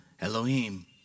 Elohim